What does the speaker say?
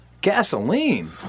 gasoline